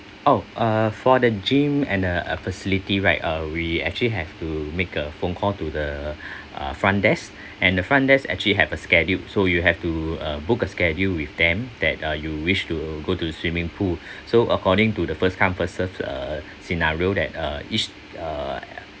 oh uh for the gym and uh uh facility right uh we actually have to make a phone call to the uh front desk and the front desk actually have a schedule so you have to uh book a schedule with them that uh you wish to go to swimming pool so according to the first come first serve uh scenario that uh each uh